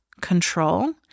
control